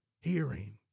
Hearing